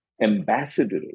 ambassador